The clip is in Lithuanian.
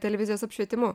televizijos apšvietimu